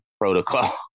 protocol